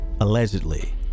allegedly